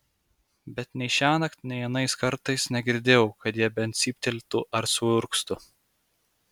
bet nei šiąnakt nei anais kartais negirdėjau kad jie bent cyptelėtų ar suurgztų